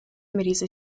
мириться